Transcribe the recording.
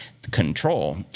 Control